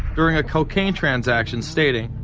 during a cocaine transaction stating,